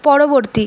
পরবর্তী